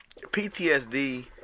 ptsd